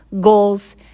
goals